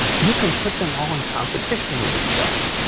um you can put them all in competition with each other.